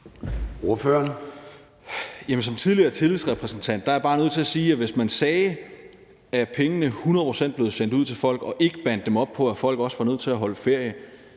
Som tidligere tillidsrepræsentant er jeg bare nødt til at sige, at hvis man sagde, at pengene 100 pct. blev sendt ud til folk, og ikke bandt dem op på, at folk også var nødt til at holde ferie,